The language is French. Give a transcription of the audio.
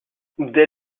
dès